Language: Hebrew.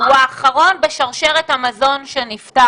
הוא האחרון בשרשרת המזון שנפתח,